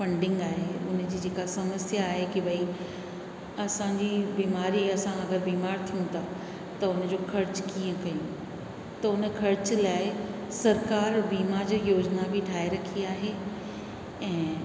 funding आहे हुनजी जेका समस्या आहे की भई असांजी बीमारी असां अगरि बीमार थियूं था त हुनजो ख़र्चु कीअं थींदो त हुन ख़र्चु लाइ सरकारि बीमा जी योजिना बि ठाहे रखी आहे ऐं